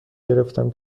گرفتم